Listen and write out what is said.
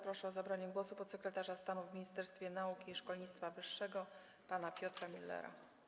Proszę o zabranie głosu podsekretarza stanu w Ministerstwie Nauki i Szkolnictwa Wyższego pana Piotra Müllera.